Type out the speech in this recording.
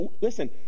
listen